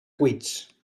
cuits